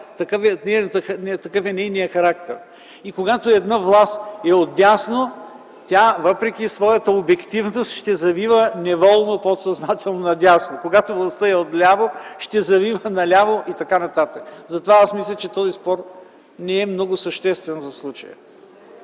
Такъв е нейният характер. И когато една власт е отдясно, тя въпреки своята обективност неволно ще завива подсъзнателно надясно. Когато властта е отляво, ще завива наляво и т.н. Затова мисля, че този спор не е много съществен за случая.